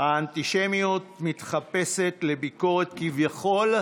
האנטישמיות מתחפשת לביקורת, כביכול,